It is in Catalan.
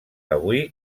avui